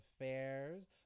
affairs